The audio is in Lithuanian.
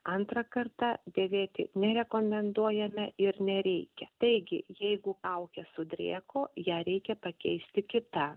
antrą kartą dėvėti nerekomenduojame ir nereikia taigi jeigu kaukė sudrėko ją reikia pakeisti kita